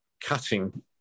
cutting